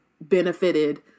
benefited